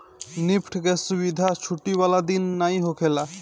NEFT के सुविधा छुट्टी वाला दिन नाइ होखेला